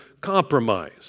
compromise